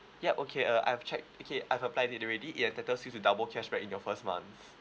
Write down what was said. yup okay uh I've checked okay I've applied it already it entitles you to double cashback in your first month